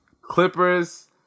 clippers